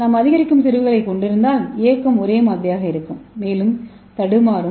நாம் அதிகரிக்கும் செறிவுகளைக் கொண்டிருந்தால் இயக்கம் ஒரே மாதிரியாக இருக்கும் மேலும் தடுமாறும்